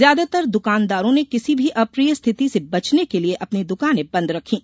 ज्यादातर दुकानदारों ने किसी भी अप्रिय स्थिति से बचने के लिए अपनी दुकानें बंद रखीं